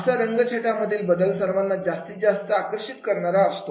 असा रंगछटा मधील बदल सर्वांना जास्तीत जास्त आकर्षित करीत असतो